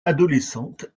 adolescente